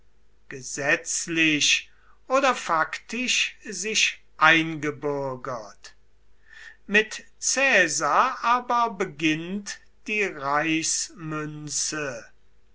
gesetzlich oder faktisch sich eingebürgert mit caesar aber beginnt die reichsmünze